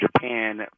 Japan